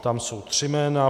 Tam jsou tři jména.